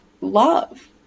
love